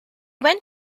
went